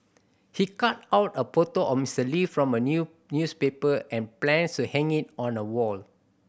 he cut out a photo of Mister Lee from a new newspaper and plans to hang it on a wall